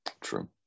True